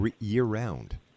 year-round